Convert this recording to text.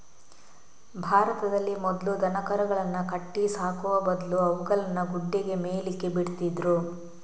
ಭಾರತದಲ್ಲಿ ಮೊದ್ಲು ದನಕರುಗಳನ್ನ ಕಟ್ಟಿ ಸಾಕುವ ಬದ್ಲು ಅವುಗಳನ್ನ ಗುಡ್ಡೆಗೆ ಮೇಯ್ಲಿಕ್ಕೆ ಬಿಡ್ತಿದ್ರು